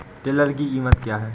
Tiller की कीमत क्या है?